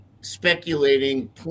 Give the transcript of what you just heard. speculating